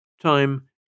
Time